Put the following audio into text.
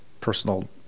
personal